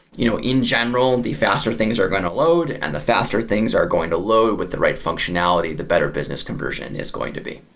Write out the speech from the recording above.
you know in general, and the faster things are going to load, and the faster things are going to load with the right functionality, the better business conversion is going to be.